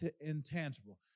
intangible